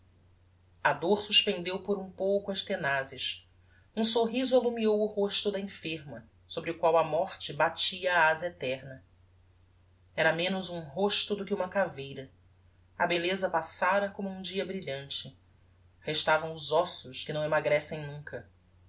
a dor suspendeu por um pouco as tenazes um sorriso allumiou o rosto da enferma sobre o qual a morte batia a aza eterna era menos um rosto do que uma caveira a belleza passára como um dia brilhante restavam os ossos que não emmagrecem nunca